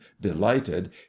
delighted